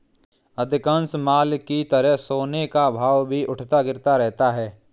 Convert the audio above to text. अधिकांश माल की तरह सोने का भाव भी उठता गिरता रहता है